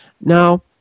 Now